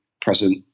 present